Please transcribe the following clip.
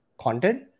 content